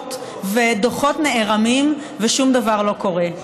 מתכנסות ודוחות נערמים, ושום דבר לא קורה.